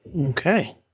Okay